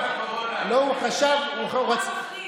הוא לא יכול, יש לו את רע"מ.